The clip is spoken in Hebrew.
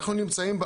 אנחנו נמצאים,